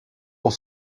pour